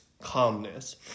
calmness